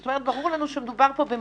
זאת אומרת, ברור לנו שמדובר פה במורכבות.